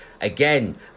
again